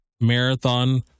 Marathon